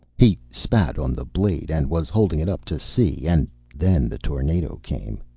he spat on the blade and was holding it up to see and then the tornado came.